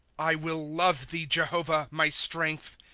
i will love thee, jehovah, my strength.